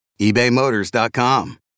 ebaymotors.com